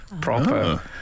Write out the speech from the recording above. Proper